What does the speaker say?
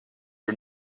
are